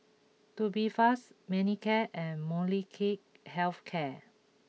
Tubifast Manicare and Molnylcke Health Care